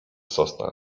sosna